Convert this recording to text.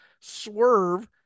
Swerve